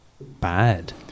bad